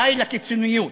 די לקיצוניות,